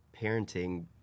parenting